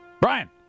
Brian